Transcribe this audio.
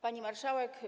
Pani Marszałek!